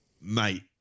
Mate